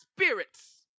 spirits